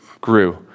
grew